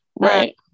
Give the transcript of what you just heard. Right